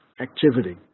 activity